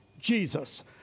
Jesus